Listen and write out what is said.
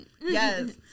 yes